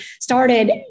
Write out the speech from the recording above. started